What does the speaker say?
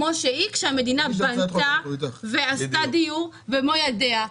היא בנתה דיור במו ידיה.